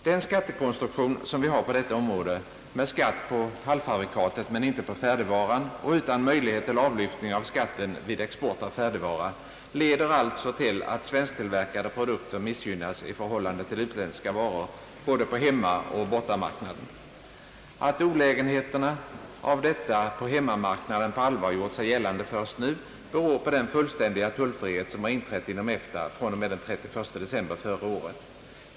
Den skattekonstruktion som vi har på detta område — med skatt på halvfabrikatet men inte på färdigvaran och utan möjlighet till avlyftning av skatten vid export av färdigvara — leder alltså till att svensktillverkade produkter missgynnas i förhållande till utländska varor på både hemmaoch bortamarknaden. Att olägenheterna av detta på hemmamarknaden på allvar har gjort sig gällande först nu, beror på den fullständiga tullfrihet som har inträtt inom EFTA.